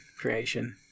creation